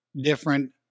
different